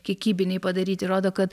kiekybiniai padaryti rodo kad